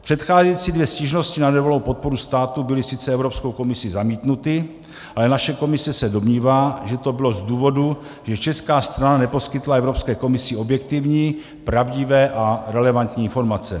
Předcházející dvě stížnosti na nedovolenou podporu státu byly sice Evropskou komisí zamítnuty, ale naše komise se domnívá, že to bylo z důvodu, že česká strana neposkytla Evropské komisi objektivní, pravdivé a relevantní informace.